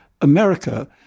America